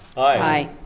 aye.